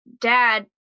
dad